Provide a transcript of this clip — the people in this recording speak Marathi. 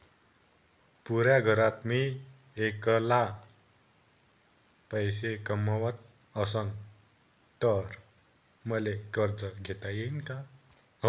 पुऱ्या घरात मी ऐकला पैसे कमवत असन तर मले कर्ज घेता येईन का?